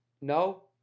No